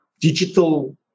digital